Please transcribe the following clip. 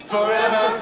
Forever